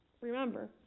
Remember